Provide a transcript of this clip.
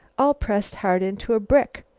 all pressed hard into a brick.